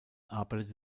arbeitete